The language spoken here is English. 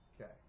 Okay